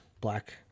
black